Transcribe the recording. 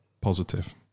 positive